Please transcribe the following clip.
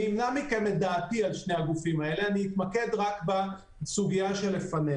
אני אמנע מכם את דעתי על שני הגופים האלה ואני אתמקד רק בסוגיה שלפנינו.